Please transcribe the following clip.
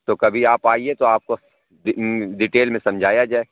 تو کبھی آپ آئیے تو آپ کو ڈٹیل میں سمجھایا جائے